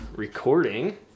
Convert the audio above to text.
recording